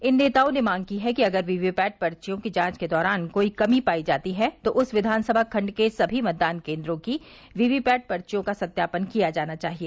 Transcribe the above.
इन नेताओं ने मांग की है कि अगर यी वी पैट पर्चियों की जांच के दौरान कोई कमी पाई जाती है तो उस विधानसभा खण्ड के सभी मतदान केन्द्रों की वी वी पैट पर्चियों का सत्यापन किया जाना चाहिए